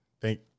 thank